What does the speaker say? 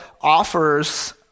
offers